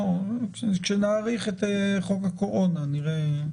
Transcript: כשנאריך את חוק הקורונה נראה,